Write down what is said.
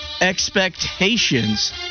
expectations